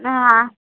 हां